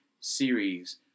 series